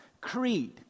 creed